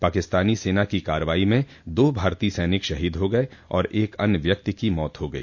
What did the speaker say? पाकिस्तानी सेना की कार्रवाई में दो भारतीय सैनिक शहीद हो गए और एक अन्य व्याक्ति की मौत हा गई